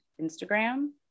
Instagram